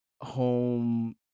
home